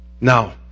Now